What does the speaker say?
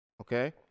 Okay